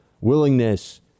willingness